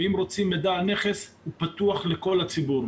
ואם רוצים מידע על נכס, הוא פתוח לכל הציבור.